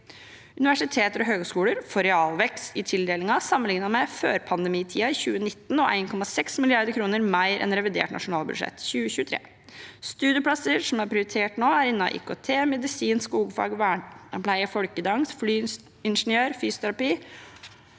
Universiteter og høyskoler får realvekst i tildelinger sammenlignet med førpandemitida i 2019, og 1,6 mrd. kr mer enn revidert nasjonalbudsjett 2023. Studieplasser som er prioritert nå, er innen IKT, medisin, skogfag, vernepleie, folkedans, flyingeniørfag og fysioterapi.